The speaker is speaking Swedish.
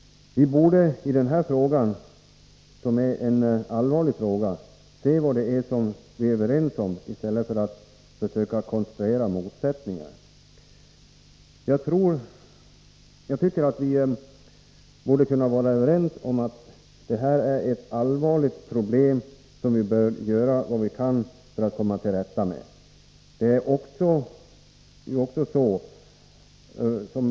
Vi borde i en så här allvarlig fråga se vad det är som vi kan vara överens om i stället för att försöka konstruera motsättningar. Jag tycker att vi borde kunna vara överens om att detta är ett allvarligt problem som vi bör göra vad vi kan för att komma till rätta med.